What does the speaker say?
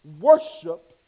Worship